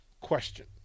question